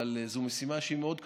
אבל זו משימה שהיא מאוד קשה,